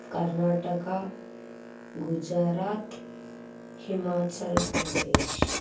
Karnataka Gujarat Himachal Pradesh